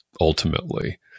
ultimately